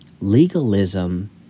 legalism